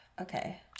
okay